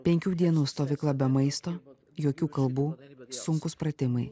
penkių dienų stovykla be maisto jokių kalbų sunkūs pratimai